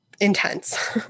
intense